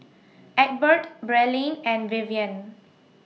Egbert Braelyn and Vivian